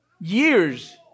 years